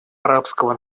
арабского